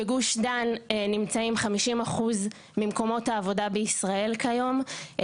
בגוש דן נמצאים 50% ממקומות העבודה בישראל כיום,